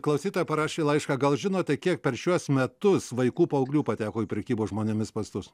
klausytoja parašė laišką gal žinote kiek per šiuos metus vaikų paauglių pateko į prekybos žmonėmis mastus